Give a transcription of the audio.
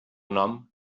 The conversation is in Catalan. nom